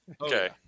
Okay